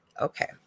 Okay